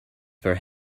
for